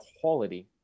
quality